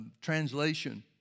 translation